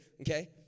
Okay